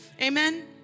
Amen